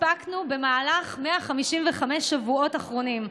הספקנו במהלך 155 השבועות האחרונים,